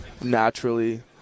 naturally